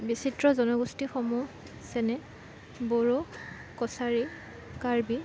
বিচিত্ৰ জনগোষ্ঠীসমূহ যেনে বড়ো কছাৰী কাৰ্বি